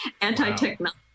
Anti-technology